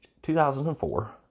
2004